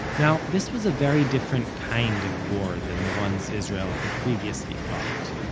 now, this was a very different kind of war than the ones israel had previously fought.